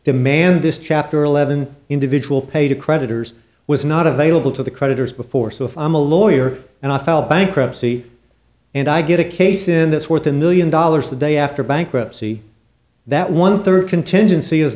demanded this chapter eleven individual pay to creditors was not available to the creditors before so if i'm a lawyer and i filed bankruptcy and i get a case in that's worth a million dollars a day after bankruptcy that one third contingency is